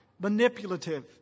manipulative